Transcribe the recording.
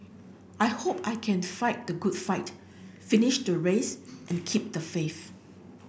I hope I can to fight the good fight finish the race and keep the faith